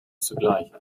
zugleich